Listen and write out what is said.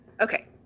Okay